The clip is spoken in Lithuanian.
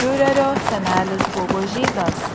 fiurerio senelis buvo žydas